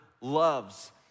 loves